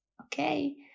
Okay